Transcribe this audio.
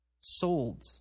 sold